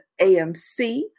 AMC